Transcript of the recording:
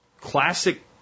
classic